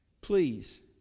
Please